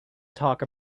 talk